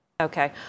Okay